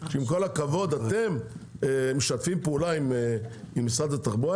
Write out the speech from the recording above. שעם כל הכבוד אתם משתפים פעולה עם משרד התחבורה.